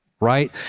right